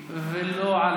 וגם לא על